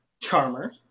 Charmer